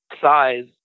size